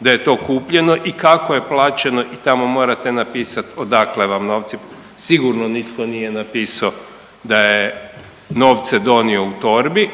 da je to kupljeno i kako je plaćeno i tamo morate napisat odakle vam novci, sigurno nitko nije napisao da je novce donio u torbi,